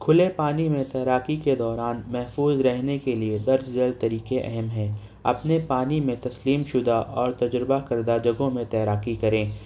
کھلے پانی میں تیراکی کے دوران محفوظ رہنے کے لیے درج ذیل طریقے اہم ہیں اپنے پانی میں تسلیم شدہ اور تجربہ کردہ جگہوں میں تیراکی کریں